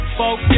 folk